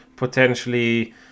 Potentially